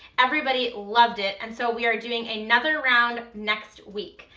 everybody loved it, and so we are doing another round next week.